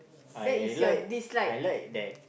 I like I like that